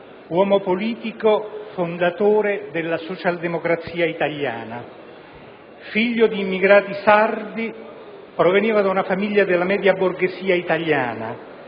uomo politico e fondatore della socialdemocrazia italiana. Figlio di immigrati sardi, proveniva da una famiglia della media borghesia italiana.